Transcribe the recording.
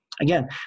Again